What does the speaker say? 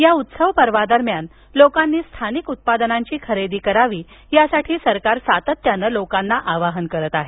या उत्सव पर्वादरम्यान लोकांनी स्थानिक उत्पादनांची खरेदी करावी यासाठी सरकार सातत्यानं लोकांना आवाहन करत आहे